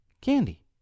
candy